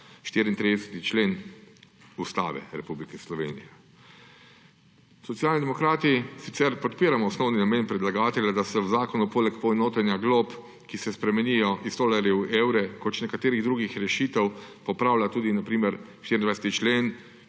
34. člen Ustave Republike Slovenije. Socialni demokrati sicer podpiramo osnovni namen predlagatelja, da se v zakonu poleg poenotenja glob, ki se spremenijo iz tolarjev v evre, in še nekaterih drugih rešitev popravlja tudi na primer 24. člen,